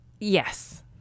yes